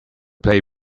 play